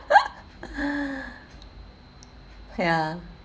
ya